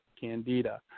candida